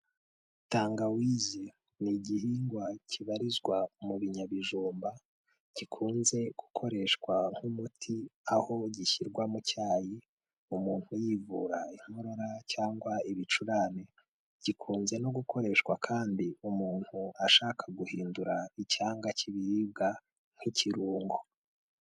Tangawize ni igihingwa kibarizwa mu binyabijumba, gikunze gukoreshwa nk'umuti, aho gishyirwa mu cyayi umuntu yivura inkorora cyangwa ibicurane, gikunze no gukoreshwa kandi umuntu ashaka guhindura icyanga cy'ibiribwa nk'ikirungo.